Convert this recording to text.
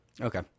okay